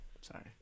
Sorry